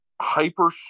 hyper